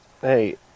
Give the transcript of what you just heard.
hey